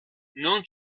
non